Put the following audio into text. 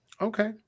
Okay